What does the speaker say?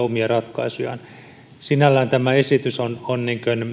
omia ratkaisujaan sinällään tämä esitys on on